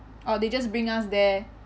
oh they just bring us there